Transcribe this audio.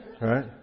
Right